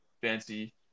fancy